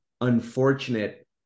unfortunate